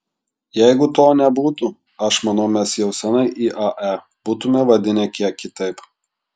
jeigu to nebūtų aš manau mes jau senai iae būtumėme vadinę kiek kitaip